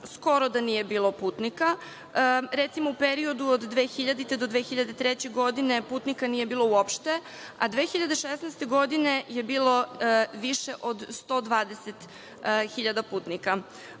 skoro da nije bilo putnika. Recimo, u periodu od 2000-2003. godine putnika nije bilo uopšte, a 2016. godine je bilo više od 120 hiljada putnika.